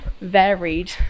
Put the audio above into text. varied